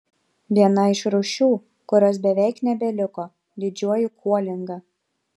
viena iš rūšių kurios beveik nebeliko didžioji kuolinga